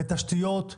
בתשתיות,